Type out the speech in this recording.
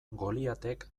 goliatek